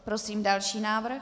Prosím další návrh.